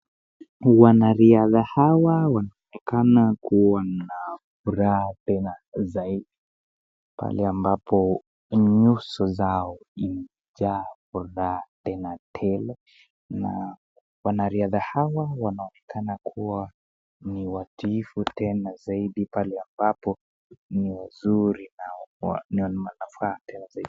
Wanariadha hawa wanaonekana kuwa na furaha tena zaidi pale ambapo nyuso zao imejaa furaha tena tele na wanariadha hawa wanaonekana kuwa ni watifu tena zaidi pale ambapo ni wazuri na wana manufaa tena zaidi.